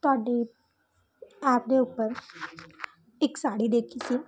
ਤੁਹਾਡੀ ਐਪ ਦੇ ਉੱਪਰ ਇੱਕ ਸਾੜੀ ਦੇਖੀ ਸੀ